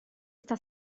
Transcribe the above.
está